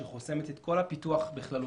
שהיא חוסמת את כל הפיתוח בכללותו.